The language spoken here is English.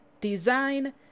design